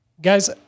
guys